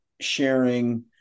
sharing